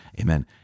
Amen